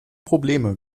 probleme